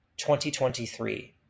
2023